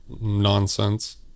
nonsense